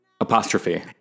Apostrophe